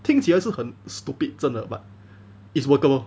听起来是很 stupid 真的 but it's workable